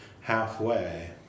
halfway